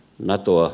no tuo